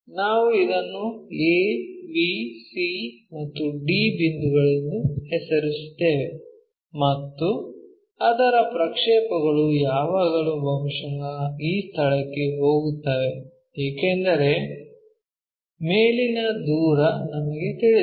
ನಾವು ಇದನ್ನು a b c ಮತ್ತು d ಬಿಂದುಗಳೆಂದು ಹೆಸರಿಸುತ್ತೇವೆ ಮತ್ತು ಅದರ ಪ್ರಕ್ಷೇಪಗಳು ಯಾವಾಗಲೂ ಬಹುಶಃ ಈ ಸ್ಥಳಕ್ಕೆ ಹೋಗುತ್ತವೆ ಏಕೆಂದರೆ ಮೇಲಿನ ದೂರ ನಮಗೆ ತಿಳಿದಿಲ್ಲ